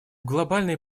глобальной